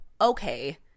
okay